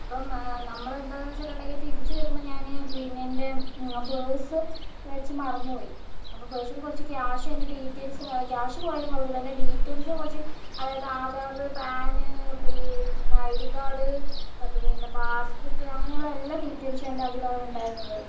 അപ്പം നമ്മളെന്താണെന്നു വെച്ചിട്ടുണ്ടെങ്കിൽ തിരിച്ചുവരുമ്പോൾ ഞാൻ പിന്നെ എൻ്റെ പേഴ്സ് വെച്ച് മറന്നുപ്പോയി അപ്പോൾ പേഴ്സിൽ കുറച്ച് ക്യാഷും എൻ്റെ ഡീറ്റെയിൽസും ക്യാഷ് പോയാലും കുഴപ്പമില്ല പക്ഷേ എൻ്റെ ഡീറ്റെയിൽസ് കുറച്ച് അതായത് ആധാർ പാൻ പിന്നെ ഐ ഡി കാർഡ് പിന്നെ പാസ്സ് ബുക്ക് അങ്ങനെയുള്ള എല്ലാ ഡീറ്റെയിൽസും എൻ്റെ അതിലാണ് ഉണ്ടായിരുന്നത്